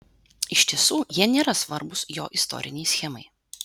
iš tiesų jie nėra svarbūs jo istorinei schemai